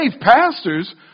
pastors